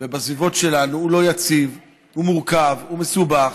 ובסביבות שלנו הוא לא יציב, הוא מורכב, הוא מסובך.